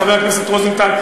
חבר הכנסת רוזנטל,